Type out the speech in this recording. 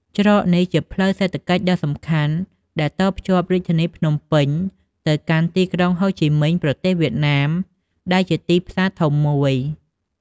ច្រកនេះជា ផ្លូវសេដ្ឋកិច្ចដ៏សំខាន់ ដែលតភ្ជាប់រាជធានីភ្នំពេញទៅកាន់ទីក្រុងហូជីមិញ ប្រទេសវៀតណាម ដែលជាទីផ្សារធំមួយ។